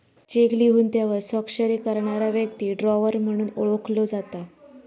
check लिहून त्यावर स्वाक्षरी करणारा व्यक्ती ड्रॉवर म्हणून ओळखलो जाता